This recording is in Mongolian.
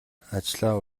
ажлаа